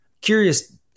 curious